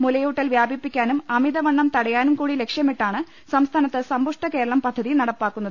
മുലയൂട്ടൽ വ്യാപിപ്പിക്കാനും അമിത വണ്ണം തടയാനും കൂടി ലക്ഷ്യമിട്ടാണ് സംസ്ഥാനത്ത് സമ്പുഷ്ട കേരളം പദ്ധതി നടപ്പാക്കുന്നത്